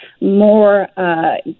more